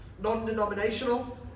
non-denominational